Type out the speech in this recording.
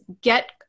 get